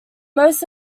most